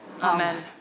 Amen